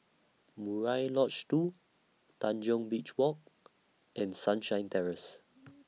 Murai Lodge two Tanjong Beach Walk and Sunshine Terrace